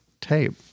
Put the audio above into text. tape